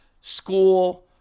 school